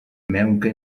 maunca